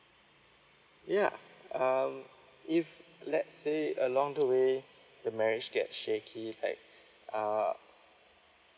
yeah um if let's say along the way the marriage get shaky like uh